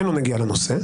אין לו נגיעה לנושא.